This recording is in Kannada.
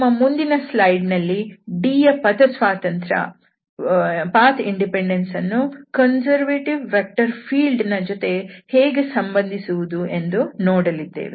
ನಮ್ಮ ಮುಂದಿನ ಸ್ಲೈಡ್ ನಲ್ಲಿ D ನಲ್ಲಿ ಪಥ ಸ್ವಾತಂತ್ರ್ಯ ವನ್ನು ಕನ್ಸರ್ವೇಟಿವ್ ವೆಕ್ಟರ್ ಫೀಲ್ಡ್ ನ ಜೊತೆಗೆ ಹೇಗೆ ಸಂಬಂಧಿಸುವುದು ಎಂದು ನೋಡಲಿದ್ದೇವೆ